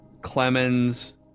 Clemens